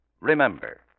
Remember